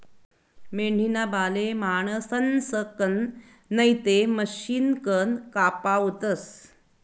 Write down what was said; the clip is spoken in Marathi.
मेंढीना बाले माणसंसकन नैते मशिनकन कापावतस